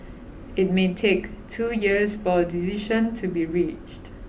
it may take two years for a decision to be reached